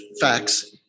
facts